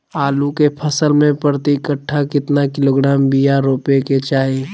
आलू के फसल में प्रति कट्ठा कितना किलोग्राम बिया रोपे के चाहि?